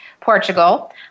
Portugal